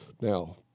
Now